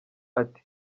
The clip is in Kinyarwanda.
ati